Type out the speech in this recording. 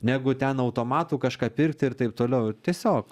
negu ten automatu kažką pirkti ir taip toliau ir tiesiog